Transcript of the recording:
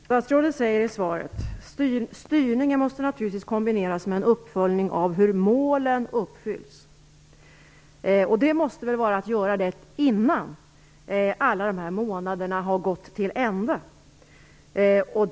Herr talman! Statsrådet säger i svaret: "Styrningen måste naturligtvis kombineras med en uppföljning av hur målen uppfylls." Detta måste väl göras innan alla dessa månader har gått till ända?